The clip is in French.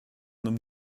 homme